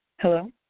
Hello